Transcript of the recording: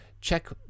check